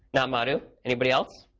not manu, anybody else,